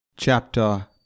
Chapter